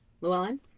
Llewellyn